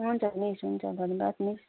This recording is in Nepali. हुन्छ मिस हुन्छ धन्यवाद मिस